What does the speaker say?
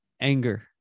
anger